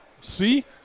See